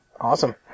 Awesome